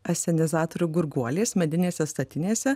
asenizatorių gurguolės medinėse statinėse